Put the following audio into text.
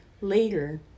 Later